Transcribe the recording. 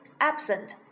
Absent